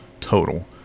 total